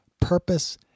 purpose